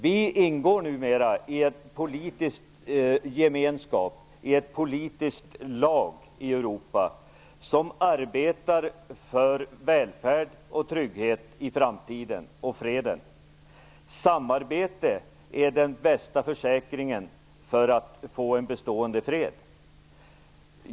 Vi ingår numera i en politisk gemenskap, i ett politiskt lag i Europa, som arbetar för välfärd, trygghet och fred i framtiden. Samarbete är den bästa försäkringen för att få en bestående fred.